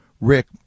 Rick